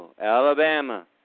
Alabama